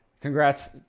congrats